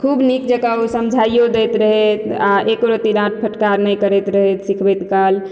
खूब नीक जकाँ ओ सिखाइयो दैत रहथि आ एको रति डाँट फटकार नहि करैत रहथि सिखबैत काल